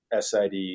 SID